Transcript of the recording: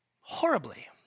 horribly